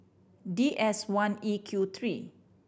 D S one E Q three